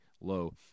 low